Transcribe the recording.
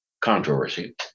controversy